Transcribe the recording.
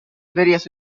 various